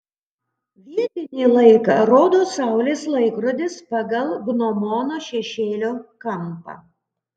vietinį laiką rodo saulės laikrodis pagal gnomono šešėlio kampą